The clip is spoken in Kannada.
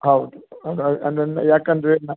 ಹೌದು ಅಂದ್ರೆ ಯಾಕೇಂದ್ರೆ ನ